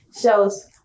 shows